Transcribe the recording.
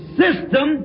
system